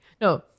No